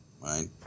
right